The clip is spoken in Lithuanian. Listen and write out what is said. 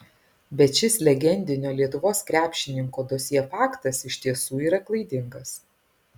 bet šis legendinio lietuvos krepšininko dosjė faktas iš tiesų yra klaidingas